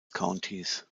countys